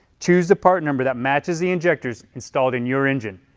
choose the part number that matches the injectors installed in your engine.